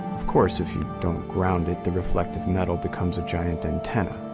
of course, if you don't ground it, the reflective metal becomes a giant antenna.